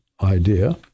idea